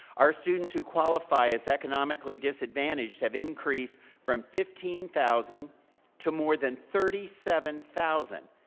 our students who qualify as economically disadvantaged have increased from fifteen thousand to more than thirty seven thousand,